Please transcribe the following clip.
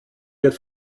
wird